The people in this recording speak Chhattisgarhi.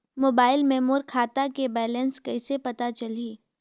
मोबाइल मे मोर खाता के बैलेंस कइसे पता चलही?